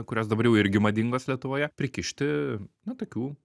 kurios dabar jau irgi madingos lietuvoje prikišti na tokių